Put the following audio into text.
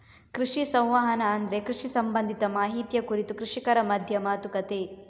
ಕೃಷಿ ಸಂವಹನ ಅಂದ್ರೆ ಕೃಷಿ ಸಂಬಂಧಿತ ಮಾಹಿತಿಯ ಕುರಿತು ಕೃಷಿಕರ ಮಧ್ಯ ಮಾತುಕತೆ